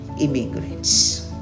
immigrants